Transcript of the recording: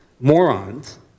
morons